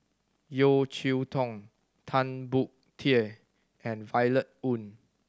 Yeo Cheow Tong Tan Boon Teik and Violet Oon